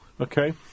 Okay